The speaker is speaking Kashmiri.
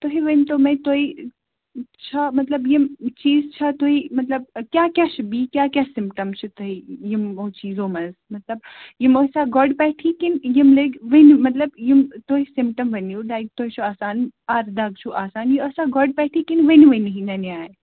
تُہی ؤنتو مےٚ تۄہہِ چھا مَطلب یِم چیٖز چھا مَطلب کیاہ کیاہ چھِ بیٚیہِ کیاہ کیاہ سِمٹَمٕز چھِ تۄہہِ یِمو چیٖزو منٛز مَطلب یِم ٲسیا گۄڑٕ پٮ۪ٹھٕے کِنہٕ یِم لٔگۍ وٕنۍ مَطلَب یِم تۄہہِ سِمٹَم ؤنِو لایِک تۄہہِ چھِوٕ آسان اَکھ دَگ چھِ آسان یہِ ٲسا گۄڑ پٮ۪ٹھٕے کِنہٕ وٕنۍ وٕنۍ ہی ننیوٚو